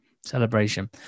celebration